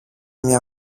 μια